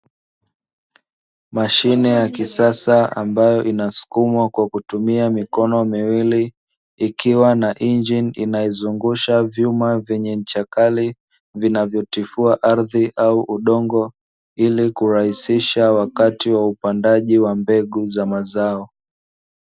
Mashine ya kisasa ambayo inasukumwa kwa kutumia mikono miwili, ikiwa na injini inayozungusha vyuma vyenye ncha kali, vinavyotifua ardhi au udongo ili kurahisisha wakati wa upandaji wa mbegu za mazao.